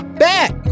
back